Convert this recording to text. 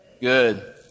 good